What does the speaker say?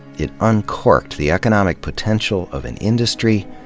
it uncorked the economic potential of an industry,